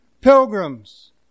pilgrims